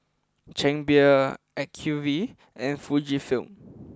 Chang Beer Acuvue and Fujifilm